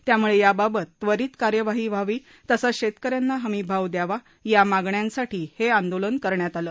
त्यामुळे याबाबत त्वरित कार्यवाही व्हावी तसंच शेतक यांना हमी भाव द्यावा या मागण्यांसाठी हे आंदोलन करण्यात आले